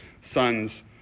sons